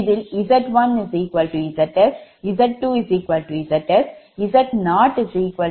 Va0 Ea Z0Ia0இது சமன்பாடு 57